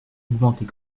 augmenter